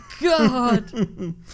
God